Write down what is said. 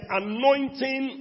anointing